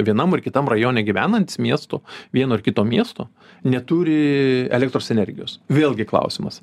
vienam ar kitam rajone gyvenantys miestų vieno ar kito miesto neturi elektros energijos vėlgi klausimas